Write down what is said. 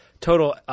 total